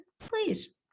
please